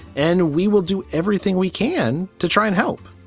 and we will do everything we can to try and help.